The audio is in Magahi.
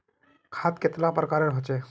खाद कतेला प्रकारेर होचे?